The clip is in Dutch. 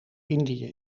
indië